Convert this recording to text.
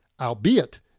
Albeit